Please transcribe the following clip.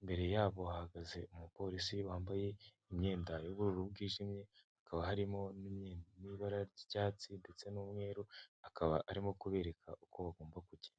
imbere yabo hahagaze umupolisi wambaye imyenda y'ubururu bwijimye, hakaba harimo n'ibara ry'icyatsi ndetse n'umweru, akaba arimo kubereka uko bagomba kugenda.